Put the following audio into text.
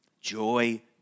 Joy